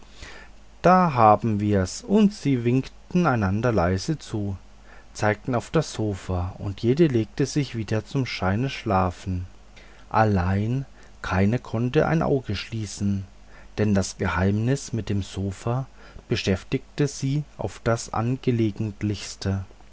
da haben wir's und sie winkten einander leise zu zeigten auf das sofa und jede legte sich wieder zum scheine schlafen allein keine konnte ein auge schließen denn das geheimnis mit dem sofa beschäftigte sie auf das